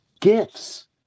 gifts